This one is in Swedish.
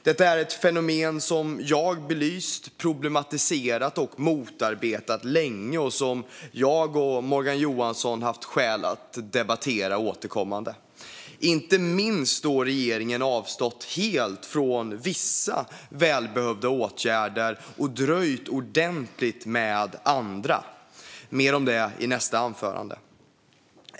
Detta är ett fenomen som jag belyst, problematiserat och motarbetat länge och som jag och Morgan Johansson haft skäl att debattera återkommande. Det gäller inte minst då regeringen avstått helt från vissa välbehövda åtgärder och dröjt ordentligt med andra. Mer om det i mitt nästa anförande.